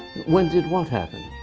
when did what happen?